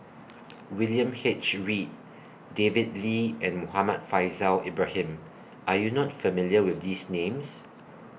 William H Read David Lee and Muhammad Faishal Ibrahim Are YOU not familiar with These Names